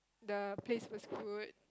the place was good